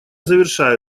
завершаю